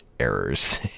errors